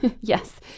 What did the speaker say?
Yes